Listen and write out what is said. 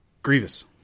grievous